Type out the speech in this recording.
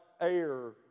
air